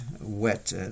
wet